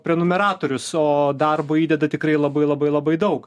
prenumeratorius o darbo įdeda tikrai labai labai labai daug